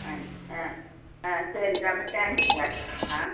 ஆ ஆ செரி ரொம்ப தேங்க்ஸ் சார் ஆ